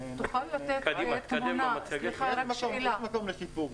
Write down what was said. יש מקום לשיפור.